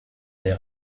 des